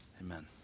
Amen